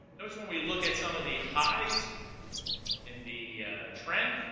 those when we look at some of the highs in the trend